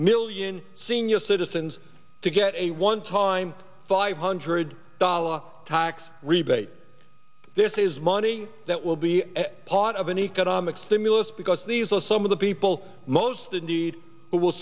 million senior citizens to get a one time five hundred dollars tax rebate this is money that will be part of an economic stimulus because these are some of the people most in need who will